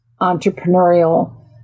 entrepreneurial